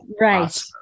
Right